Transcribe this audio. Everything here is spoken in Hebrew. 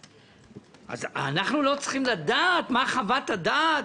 אז אנחנו לא צריכים לדעת מהי חוות הדעת,